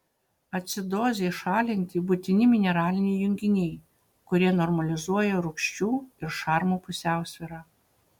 acidozei šalinti būtini mineraliniai junginiai kurie normalizuoja rūgščių ir šarmų pusiausvyrą